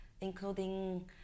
including